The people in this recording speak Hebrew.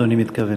אדוני מתכוון.